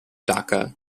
dhaka